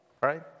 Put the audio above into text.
right